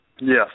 Yes